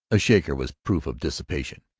a shaker was proof of dissipation,